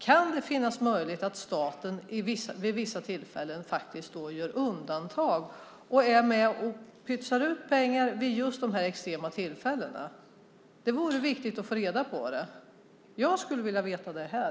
Kan det finnas möjlighet att staten vid just extrema tillfällen gör undantag och är med och pytsar ut pengar? Det är viktigt att få reda på det. Jag skulle vilja veta det här.